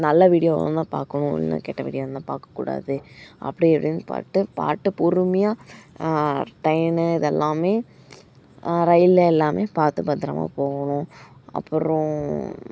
நல்ல வீடியோ வந்தால் பார்க்கணும் இல்லனா கெட்ட வீடியோ வந்தால் பார்க்கக்கூடாது அப்படி இப்படின் பாட்டு பாட்டு பொறுமையாக ட்ரெயின்னு இதெல்லாமே ரயிலில் எல்லாமே பார்த்து பத்திரமாக போகணும் அப்புறம்